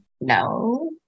No